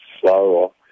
slow